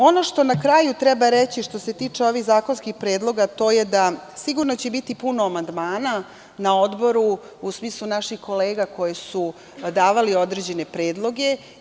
Ono što na kraju treba reći, što se tiče ovih zakonskih predloga, to je da će sigurno biti puno amandmana na odboru, u smislu naših kolega koje su davale određene predloge.